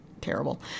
terrible